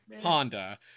Honda